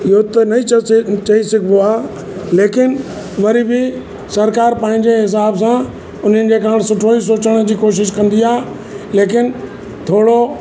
इहो त न च चई सघिबो आहे लेकिन वरी बि सरकार पंहिंजे हिसाब सां उन्हनि जे कारण सुठो ई सुठो सोचण जी कोशिशि कंदी आहे लेकिन थोरो